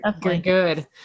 good